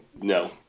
no